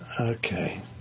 Okay